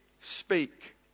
speak